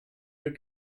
your